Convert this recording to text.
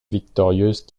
victorieuse